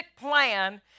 plan